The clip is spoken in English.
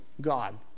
God